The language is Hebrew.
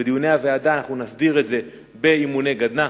בדיוני הוועדה אנחנו נסדיר את זה לגבי אימוני גדנ"ע,